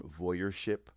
voyeurship